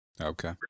Okay